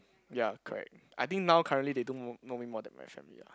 ya correct I think now currently they don't know me more than my family lah